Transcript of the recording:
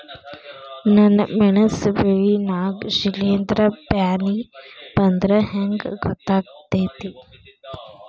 ನನ್ ಮೆಣಸ್ ಬೆಳಿ ನಾಗ ಶಿಲೇಂಧ್ರ ಬ್ಯಾನಿ ಬಂದ್ರ ಹೆಂಗ್ ಗೋತಾಗ್ತೆತಿ?